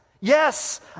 Yes